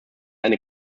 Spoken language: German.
eine